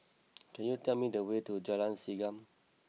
can you tell me the way to Jalan Segam